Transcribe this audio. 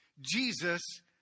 Jesus